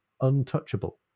untouchable